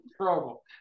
trouble